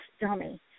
dummy